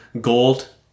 gold